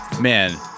man